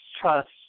trust